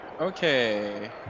Okay